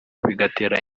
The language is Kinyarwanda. bigatera